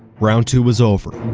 round two was over,